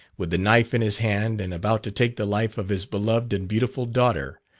with the knife in his hand and about to take the life of his beloved and beautiful daughter,